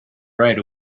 right